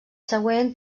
següent